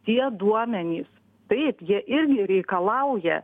tie duomenys taip jie irgi reikalauja